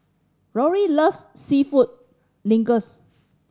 Lori loves Seafood Linguines